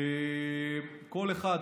כל אחד,